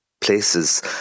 Places